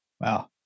Wow